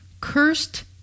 Cursed